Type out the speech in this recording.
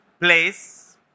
place